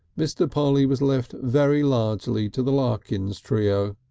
mr. polly was left very largely to the larkins trio.